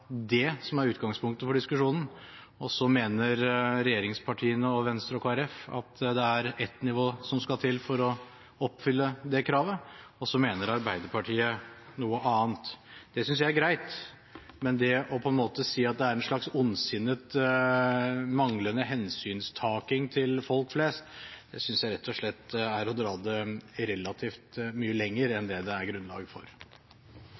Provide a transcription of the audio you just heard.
det som er utgangspunktet for diskusjonen. Så mener regjeringspartiene og Venstre og Kristelig Folkeparti at det er ett nivå som skal til for å oppfylle kravet, og så mener Arbeiderpartiet noe annet. Det synes jeg er greit. Men det å si at det er en slags ondsinnet manglende hensyntaking til folk flest, synes jeg rett og slett er å dra det relativt mye lenger enn det det er grunnlag for.